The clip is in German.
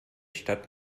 stadt